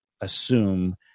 assume